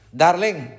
darling